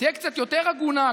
תהיה קצת יותר הגונה,